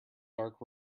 dark